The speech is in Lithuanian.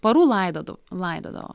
parų laidodo laidodavo